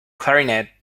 clarinet